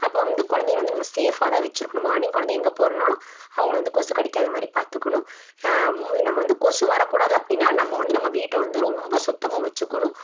அப்போது வந்து குழந்தைங்கள வந்து நம்ம சேஃபாக தான் வைச்சிருக்கணும் மார்னிங் குழந்தை எங்கே போறதுனாலும் அவங்கள வந்து கொசு கடிக்காத மாதிரி பாத்துக்கணும் நம்ம வந்து கொசு வரக்கூடாது அப்படின்னா நம்ம வந்து நம்ம வீட்டை வந்து ரொம்ப சுத்தமாக வச்சுக்கணும்